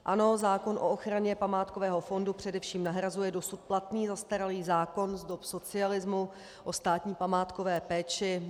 Ano, zákon o ochraně památkového fondu především nahrazuje dosud platný zastaralý zákon z dob socialismu o státní památkové péči.